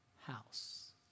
house